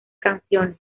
canciones